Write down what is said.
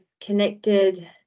connected